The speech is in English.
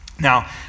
Now